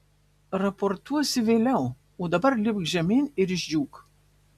raportuosi vėliau o dabar lipk žemyn ir išdžiūk